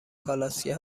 کالسکه